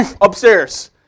upstairs